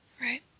Right